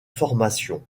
formation